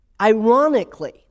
ironically